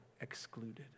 excluded